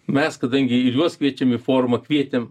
mes kadangi ir juos kviečiam į forumą kvietėm